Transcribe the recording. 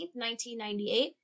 1998